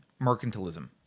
mercantilism